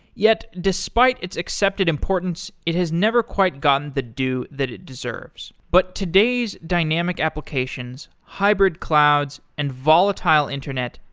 yet, despite its accepted importance, it has never quite gotten the due that it deserves. but today's dynamic applications, hybrid clouds and volatile internet,